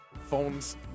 Phones